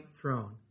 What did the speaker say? throne